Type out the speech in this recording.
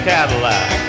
Cadillac